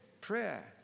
Prayer